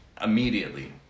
immediately